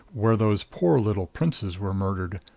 where those poor little princes were murdered.